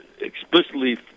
explicitly